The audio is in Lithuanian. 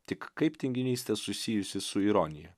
tik kaip tinginystė susijusi su ironija